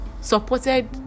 supported